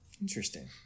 Interesting